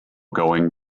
going